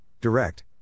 direct